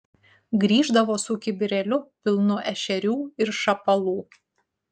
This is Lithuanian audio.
grįždavo su kibirėliu pilnu ešerių ir šapalų